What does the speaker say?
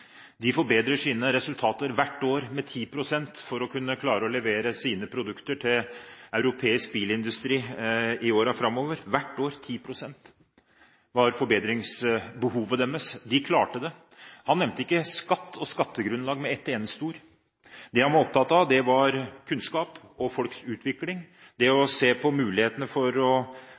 kunne klare å levere sine produkter til europeisk bilindustri i årene framover – 10 pst. hvert år var forbedringsbehovet deres. De klarte det. De nevnte ikke skatt og skattegrunnlag med et eneste ord. Det de var opptatt av, var kunnskap og folks utvikling, det å se på mulighetene for å